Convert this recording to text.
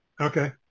Okay